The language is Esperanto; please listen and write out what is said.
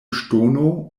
ŝtono